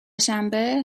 شنبه